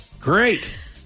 Great